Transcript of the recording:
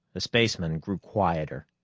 the spaceman grew quieter.